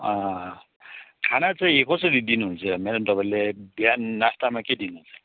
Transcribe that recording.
खाना चाहिँ कसरी दिनुहुन्छ म्याडम तपाईँले बिहान नास्तामा के दिनुहुन्छ